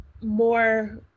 more